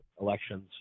elections